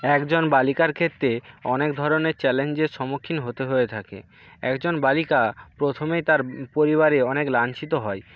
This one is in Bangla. একজন বালিকার ক্ষেত্রে অনেক ধরনের চ্যালেঞ্জের সম্মুখীন হতে হয়ে থাকে একজন বালিকা প্রথমেই তার পরিবারে অনেক লাঞ্ছিত হয়